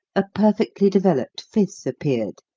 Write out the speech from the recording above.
a perfectly developed fifth appeared,